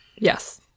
Yes